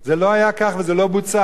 זה לא היה כך, וזה לא בוצע.